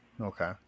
Okay